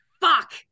fuck